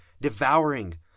Devouring